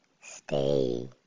stay